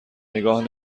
نگاه